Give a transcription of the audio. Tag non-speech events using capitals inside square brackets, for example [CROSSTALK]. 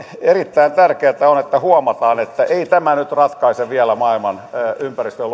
erittäin tärkeätä on että huomataan että ei tämä nyt ratkaise vielä maailman ympäristö ja [UNINTELLIGIBLE]